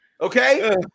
Okay